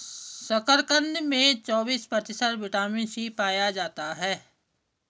शकरकंद में चौबिस प्रतिशत विटामिन सी पाया जाता है